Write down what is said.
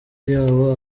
yabo